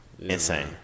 Insane